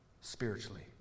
spiritually